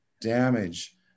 damage